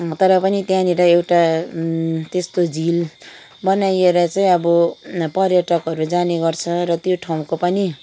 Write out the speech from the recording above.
तर पनि त्यहाँनिर एउटा त्यस्तो झिल बनाइएर चाहिँ अब पर्यटकहरू जाने गर्छ र त्यो ठाउँको पनि